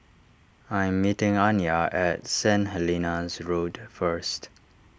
I am meeting Anya at Saint Helena's Road first